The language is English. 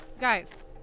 Guys